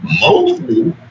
mostly